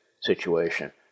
situation